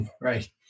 Right